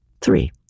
three